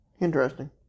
Interesting